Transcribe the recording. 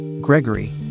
Gregory